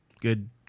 Good